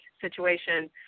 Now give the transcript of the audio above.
situation